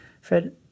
Fred